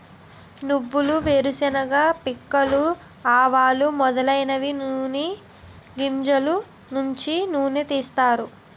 నువ్వులు వేరుశెనగ పిక్కలు ఆవాలు మొదలైనవి నూని గింజలు నుంచి నూనె తీస్తారు